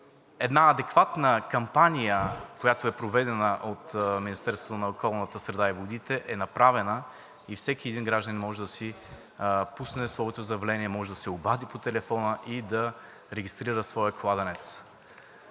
Една адекватна кампания, която е проведена от Министерството на околната среда и водите, е направена. Всеки един гражданин може да си пусне своето заявление. Може да се обади по телефона и да регистрира своя кладенец.